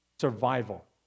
Survival